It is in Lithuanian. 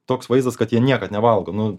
toks vaizdas kad jie niekad nevalgo nu